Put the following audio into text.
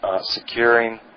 securing